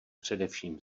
především